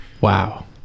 Wow